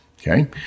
Okay